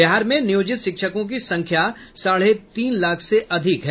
बिहार में नियोजित शिक्षकों की संख्या साढ़े तीन लाख से अधिक है